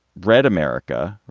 red america,